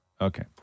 Okay